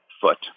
foot